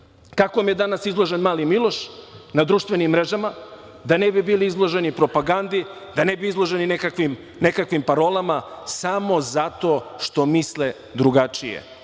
kakvom je danas izložen mali Miloš na društvenim mrežama, da ne bi bili izloženi propagandi, da ne bi bili izloženi nekakvim parolama, samo zato što misle drugačije.